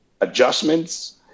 adjustments